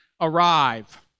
arrive